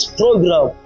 program